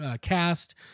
cast